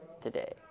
today